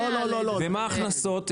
אז מה ההכנסות,